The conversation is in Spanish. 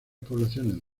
poblaciones